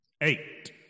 Eight